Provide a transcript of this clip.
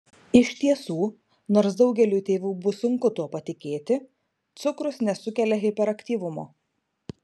iš tiesų nors daugeliui tėvų bus sunku tuo patikėti cukrus nesukelia hiperaktyvumo